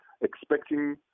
expecting